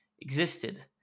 existed